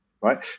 right